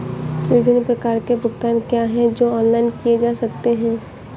विभिन्न प्रकार के भुगतान क्या हैं जो ऑनलाइन किए जा सकते हैं?